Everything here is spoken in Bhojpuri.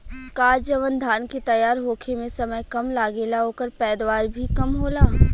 का जवन धान के तैयार होखे में समय कम लागेला ओकर पैदवार भी कम होला?